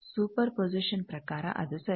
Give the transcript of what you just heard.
super position ಪ್ರಕಾರ ಅದು ಸರಿ